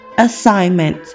assignment